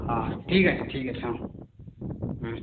হ্যাঁ ঠিক আছে ঠিক আছে হ্যাঁ হুম